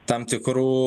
tam tikrų